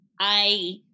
I-